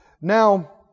Now